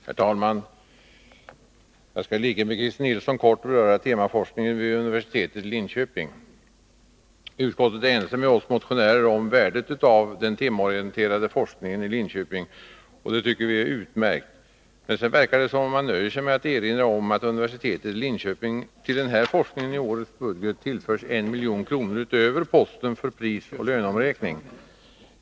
Herr talman! Jag skall i likhet med Christer Nilsson kort beröra temaforskningen vid universitetet i Linköping. Utskottet är ense med oss motionärer om värdet av den temaorienterade forskningen i Linköping, och det tycker vi är utmärkt. Men sedan verkar det som om utskottet nöjer sig med att erinra om att universitetet i Linköping till denna forskning i årets budget tillförs 1 milj.kr. utöver posten för prisoch löneavräkning.